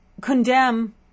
condemn